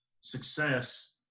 success